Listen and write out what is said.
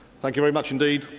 thank you very much. and